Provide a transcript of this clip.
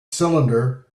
cylinder